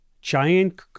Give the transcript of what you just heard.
giant